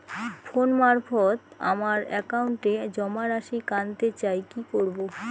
Phone মারফত আমার একাউন্টে জমা রাশি কান্তে চাই কি করবো?